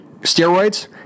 steroids